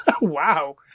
Wow